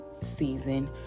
season